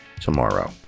tomorrow